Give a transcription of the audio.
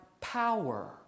power